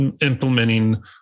implementing